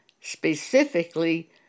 specifically